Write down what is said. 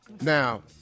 Now